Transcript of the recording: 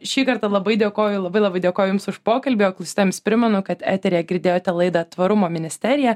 šį kartą labai dėkoju labai labai dėkoju jums už pokalbį o klausytojams primenu kad eteryje girdėjote laidą tvarumo ministerija